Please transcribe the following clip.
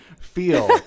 feel